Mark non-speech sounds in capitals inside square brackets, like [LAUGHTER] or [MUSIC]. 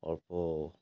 [UNINTELLIGIBLE]